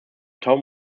tom